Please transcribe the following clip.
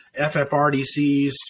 FFRDCs